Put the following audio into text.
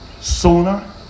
Sooner